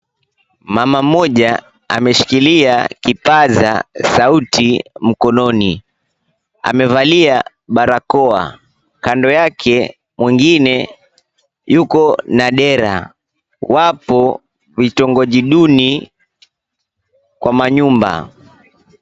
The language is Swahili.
Mama mmoja ameshikilia kipaza sauti mkononi. Amevalia barakoa. Kando yake, mwingine yuko na dera. Wako vitongoji duni kwa manyumba.